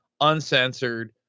uncensored